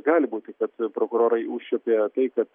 gali būti kad prokurorai užčiuopė tai kad